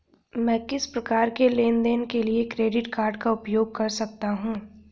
मैं किस प्रकार के लेनदेन के लिए क्रेडिट कार्ड का उपयोग कर सकता हूं?